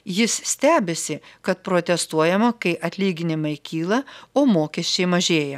jis stebisi kad protestuojama kai atlyginimai kyla o mokesčiai mažėja